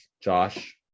Josh